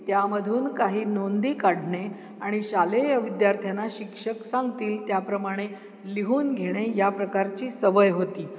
त्यामधून काही नोंदी काढणे आणि शालेय विद्यार्थ्यांना शिक्षक सांगतील त्याप्रमाणे लिहून घेणे या प्रकारची सवय होती